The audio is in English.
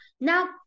Now